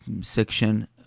section